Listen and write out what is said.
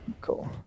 cool